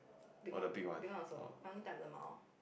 big one big one also I only type lmao